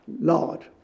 Lord